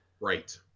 right